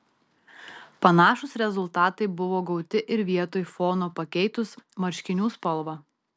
panašūs rezultatai buvo gauti ir vietoj fono pakeitus marškinių spalvą